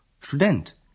Student